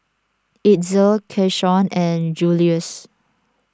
Itzel Keshawn and Juluis